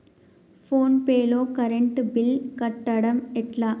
Phone pay లో current bill కట్టడం ఎట్లా?